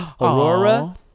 Aurora